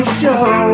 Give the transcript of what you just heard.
show